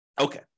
Okay